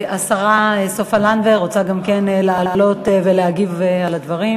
השרה סופה לנדבר רוצה גם כן לעלות ולהגיב על הדברים